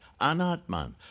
anatman